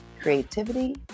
creativity